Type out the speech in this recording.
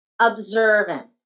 observant